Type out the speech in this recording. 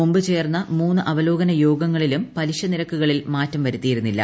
മുമ്പ് ചേർന്ന മൂന്ന് അവലോകന യോഗങ്ങളിലും പലിശ നിരക്കുകളിൽ മാറ്റം വരുത്തിയിരുന്നില്ല